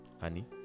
Honey